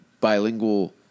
bilingual